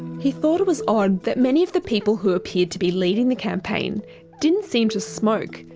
he thought it was odd that many of the people who appeared to be leading the campaign didn't seem to smoke,